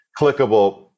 clickable